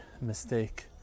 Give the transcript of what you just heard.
mistake